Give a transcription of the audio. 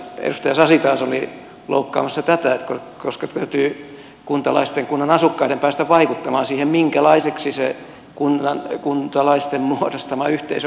edustaja sasi taas oli loukkaamassa tätä koska täytyy kuntalaisten kunnan asukkaiden päästä vaikuttamaan siihen minkälaiseksi se kuntalaisten muodostama yhteisö muodostuu